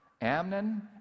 Amnon